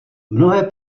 mnohé